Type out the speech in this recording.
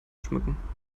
schmücken